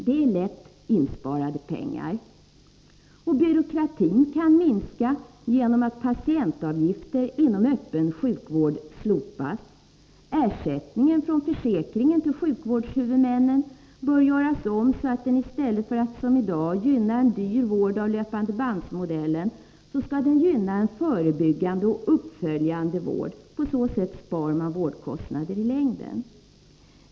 Det är lätt insparade pengar. 51 Byråkratin kan minska genom att patientavgifter inom öppen sjukvård slopas. Ersättningen från försäkringen till sjukvårdshuvudmännen bör göra om, så att den i stället för att som i dag gynna en dyr vård av löpandebandmodellen gynnar en förebyggande och uppföljande vård. På så sätt sparar man i fråga om vårdkostnader i längden.